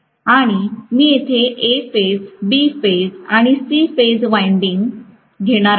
आणि मी येथे A फेज B फेज आणि C फेज विंडिंग्ज घेणार आहे